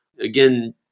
Again